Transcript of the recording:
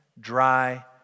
dry